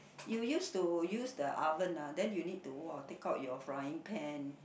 you used to use the oven ah then you need to !wah! take out your frying pan